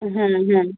হ্যাঁ হ্যাঁ